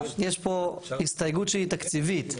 יש פה הסתייגות שהיא תקציבית,